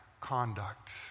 conduct